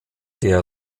der